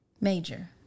Major